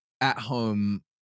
at-home